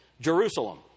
Jerusalem